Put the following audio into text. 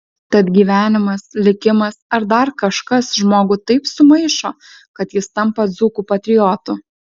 tad gyvenimas likimas ar dar kažkas žmogų taip sumaišo kad jis tampa dzūkų patriotu